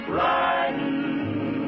riding